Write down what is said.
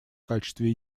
качестве